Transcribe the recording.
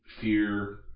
fear